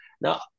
Now